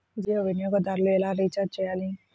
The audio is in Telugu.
జియో వినియోగదారులు ఎలా రీఛార్జ్ చేయాలి?